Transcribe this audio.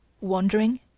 Wandering